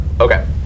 Okay